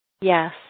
Yes